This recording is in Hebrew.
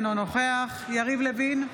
אינו נוכח יריב לוין,